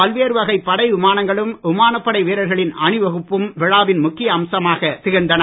பல்வேறு வகை படை விமானங்களும் விமானப்படை வீர்ரர்களின் அணிவகுப்பும் விழாவின் முக்கிய அம்சமாகத் திகழ்ந்தன